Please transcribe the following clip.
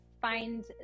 find